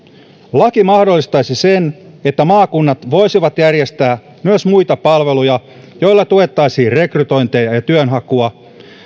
laki mahdollistaisi sen että maakunnat voisivat järjestää myös muita palveluja joilla tuettaisiin rekrytointeja ja työnhakua